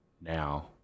now